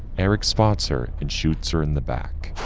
eric sponsor and shoots her in the back,